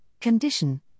condition